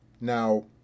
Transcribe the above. Now